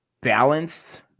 balanced